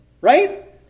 Right